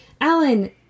Alan